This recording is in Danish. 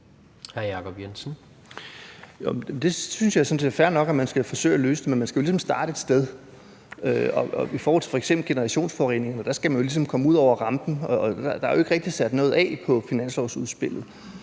altså at man skal forsøge at løse det, men man skal jo ligesom starte et sted. I forhold til f.eks. generationsforureningerne skal man ligesom komme ud over rampen, og der er jo ikke rigtig sat noget af til det i finanslovsudspillet.